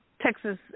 Texas